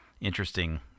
interesting